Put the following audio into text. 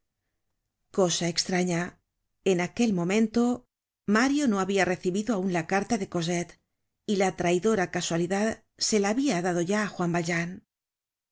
at cosaestraña en aquel momento mario no habia recibido aun la carta de cosette y la traidora casualidad se la habia dado ya á juau valjean